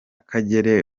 kagere